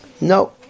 No